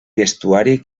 vestuari